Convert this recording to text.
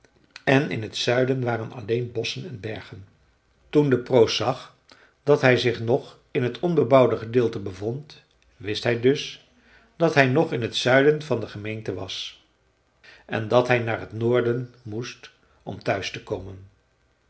en in het zuiden waren alleen bosschen en bergen toen de proost zag dat hij zich nog in het onbebouwde gedeelte bevond wist hij dus dat hij nog in t zuiden van de gemeente was en dat hij naar t noorden moest om thuis te komen